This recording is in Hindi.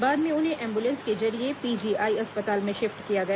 बाद में उन्हें एंबुलेंस के जरिये पीजीआई अस्पताल में शिफ्ट किया गया